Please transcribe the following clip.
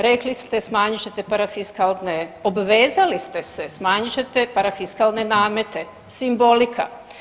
Rekli ste smanjit ćete parafiskalne, obvezali ste se, smanjit ćete parafiskalne namete, simbolika.